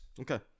Okay